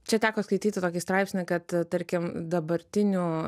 čia teko skaityti tokį straipsnį kad tarkim dabartinių